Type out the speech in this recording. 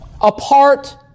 apart